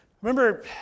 remember